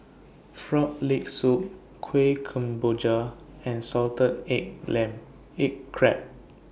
Frog Leg Soup Kuih Kemboja and Salted Egg Crab